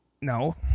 no